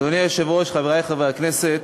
אדוני היושב-ראש, חברי חברי הכנסת,